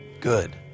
good